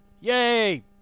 Yay